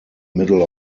middle